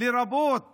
לרבות